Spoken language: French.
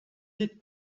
dites